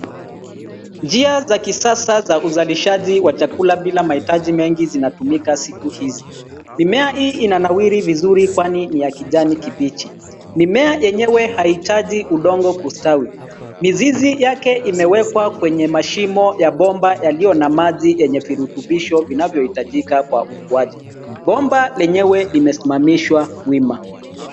Njia za kisasa za kuhuza nishati ya chakula bila mahitaji mengi zinatumika siku hizi. Mimea hii inanawiri vizuri kwani ni ya kijani kibichi. Mimea yenyewe haitaji udongo kustawi. Mizizi yake imewekwa kwenye mashimo ya bomba lililo na maji yenye virutubisho vinavyohitajika kwa ukuaji. Bomba lenyewe limesimamishwa wima.